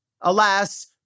Alas—